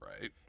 Right